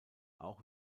auch